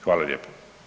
Hvala lijepa.